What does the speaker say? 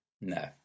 No